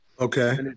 okay